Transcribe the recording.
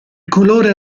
colore